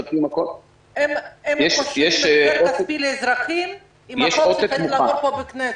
הם רוצים החזר כספי לאזרחים עם החוק שצריך לעבור פה בכנסת.